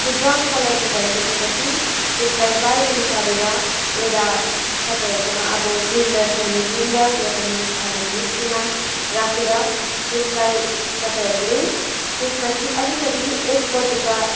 त्यो ब्राउन कलरको भइसकेपछि त्यसलाई बाहिर निकालेर एउटा तपाईँहरूकोमा अब ग्रिन्डर छ भने ग्रिन्डर या त मिक्सी छ भने मिक्सीमा राखेर त्यसलाई तपाईँहरूले त्यसमाथि अलिकति एक बटुका